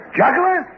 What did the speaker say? juggler